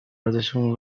ارزشمون